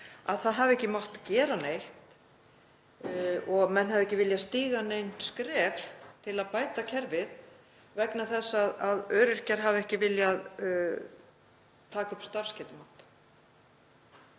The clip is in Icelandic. að það hafi ekki mátt gera neitt og að menn hafi ekki viljað stíga nein skref til að bæta kerfið vegna þess að öryrkjar hafi ekki viljað taka upp starfsgetumat.